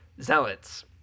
zealots